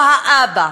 או האבא.